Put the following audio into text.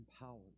empowered